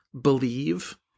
Believe